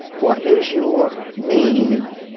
what is your need?